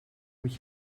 moet